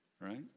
Right